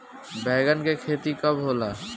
बैंगन के खेती कब होला?